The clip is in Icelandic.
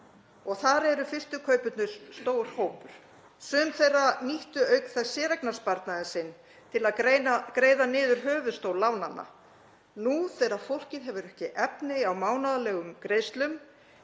og þar eru fyrstu kaupendur stór hópur. Sum þeirra nýttu auk þess séreignarsparnaðinn sinn til að greiða niður höfuðstól lánanna. Nú þegar fólkið hefur ekki efni á mánaðarlegum greiðslum,